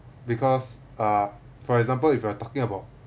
because uh for example if you are talking about